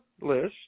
list